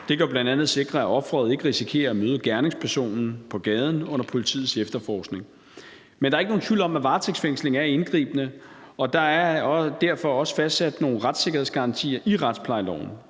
Det kan jo bl.a. sikre, at offeret ikke risikerer at møde gerningspersonen på gaden under politiets efterforskning. Men der er ikke nogen tvivl om, at varetægtsfængsling er indgribende, og der er derfor også fastsat nogle retssikkerhedsgarantier i retsplejeloven.